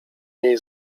niej